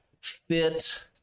fit